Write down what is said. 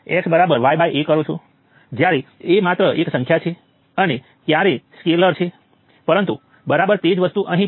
voltage હંમેશા બે point વચ્ચે માપવામાં આવે છે તેથી જ્યારે તમે વોલ્ટેજનો ઉલ્લેખ કરો છો ત્યારે બે પોઇન્ટ શું છે તે વિશે તમારે ખૂબ સ્પષ્ટ હોવું જોઈએ